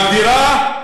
שמגדירה,